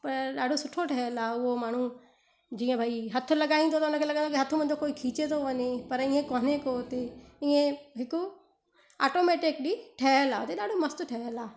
पर ॾाढो सुठो ठहियलु आहे उहो माण्हू जीअं भई हथ लॻाईंदो त हुन खे लॻंदो हथ मुंहिंजो कोई खीचे थो वञे पर हीअं कोन्हे को हुते ईअं हिकु आटोमैटिक बि ठहियलु आहे ॾाढो मस्तु ठहियलु आहे